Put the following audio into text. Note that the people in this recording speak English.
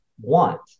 want